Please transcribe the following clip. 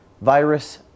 virus